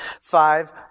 five